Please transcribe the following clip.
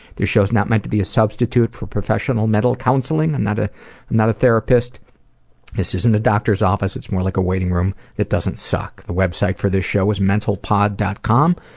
this show's not meant to be a substitute for professional mental counseling. i'm not a, i'm not a therapist this isn't a doctor's office. it's more like a waiting room that doesn't suck. the website for this show is mentalpod. com.